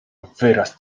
wyraz